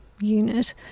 unit